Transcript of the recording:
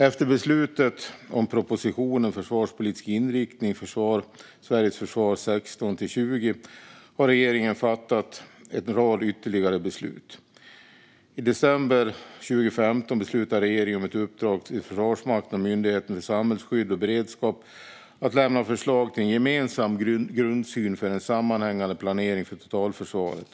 Efter beslutet om propositionen Försvarspolitisk inriktning - Sveriges försvar 2016 - 2020 har regeringen fattat en rad ytterligare beslut. I december 2015 beslutade regeringen om ett uppdrag till Försvarsmakten och Myndigheten för samhällsskydd och beredskap att lämna förslag till en gemensam grundsyn för en sammanhängande planering för totalförsvaret.